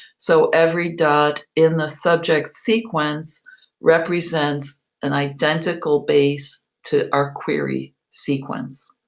so every dot in the subject sequence represents an identical base to our query sequence.